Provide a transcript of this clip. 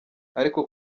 ariko